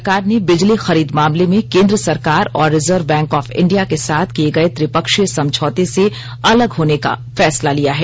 सरकार ने बिजली खरीद मामले में केंद्र सरकार और रिजर्व बैंक ऑफ इंडिया के साथ किये गये त्रिपक्षीय समझौते से अलग होने का फैसला लिया है